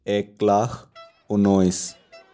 এক লাখ ঊনৈছ